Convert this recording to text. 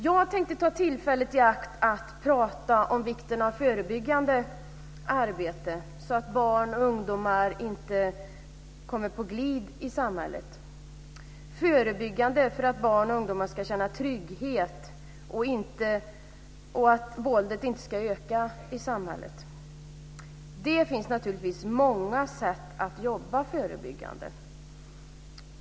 Jag tänkte ta tillfället i akt och prata om vikten av förebyggande arbete, så att barn och ungdomar inte kommer på glid i samhället, förebyggande för att barn och ungdomar ska känna trygghet och att våldet inte ska öka i samhället. Det finns naturligtvis många sätt att jobba förebyggande.